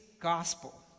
gospel